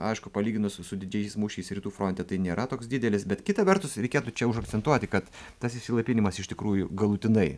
aišku palyginus su didžiaisiais mūšiais rytų fronte tai nėra toks didelis bet kita vertus reikėtų čia užakcentuoti kad tas išsilaipinimas iš tikrųjų galutinai